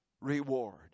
reward